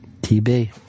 TB